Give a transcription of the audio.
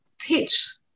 teach